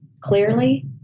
clearly